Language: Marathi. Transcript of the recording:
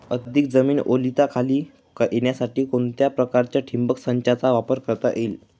अधिक जमीन ओलिताखाली येण्यासाठी कोणत्या प्रकारच्या ठिबक संचाचा वापर करता येईल?